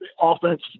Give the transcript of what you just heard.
offense